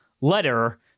letter